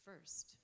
first